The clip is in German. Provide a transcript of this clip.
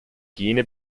gene